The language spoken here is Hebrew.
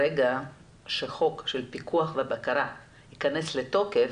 ברגע שחוק של פיקוח ובקרה ייכנס לתוקף,